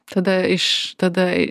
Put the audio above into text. tada iš tada